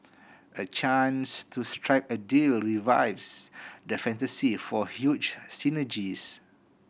a chance to strike a deal revives the fantasy for huge synergies